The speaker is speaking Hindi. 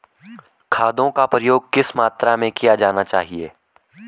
खादों का प्रयोग किस मात्रा में किया जाना चाहिए?